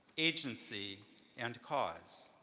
agency and cause.